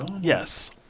Yes